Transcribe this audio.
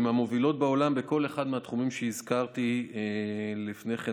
היא מהמובילות בעולם בכל אחד מהתחומים שהזכרתי לפני כן,